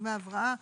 דמי הבראה,